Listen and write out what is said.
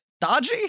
dodgy